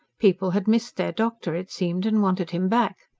people had missed their doctor, it seemed, and wanted him back.